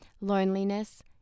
loneliness